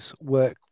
work